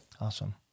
Awesome